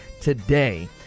today